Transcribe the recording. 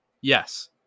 Yes